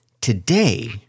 today